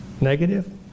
Negative